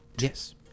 yes